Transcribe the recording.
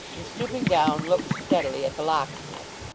and stooping down looked steadily at the locksmith.